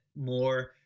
more